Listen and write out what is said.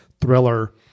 thriller